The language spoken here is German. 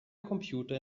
computer